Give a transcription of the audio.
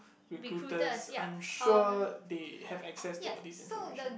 recruiters I am sure they have access to all this information